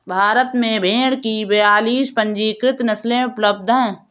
भारत में भेड़ की बयालीस पंजीकृत नस्लें उपलब्ध हैं